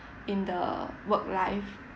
in the work life